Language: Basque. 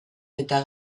eta